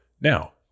Now